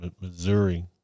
Missouri